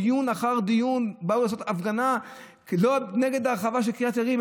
דיון אחר דיון באו לעשות הפגנה נגד ההרחבה של קריית יערים.